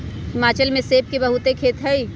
हिमाचल में सेब के बहुते खेत हई